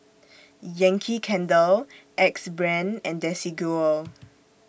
Yankee Candle Axe Brand and Desigual